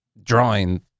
drawing